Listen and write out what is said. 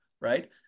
right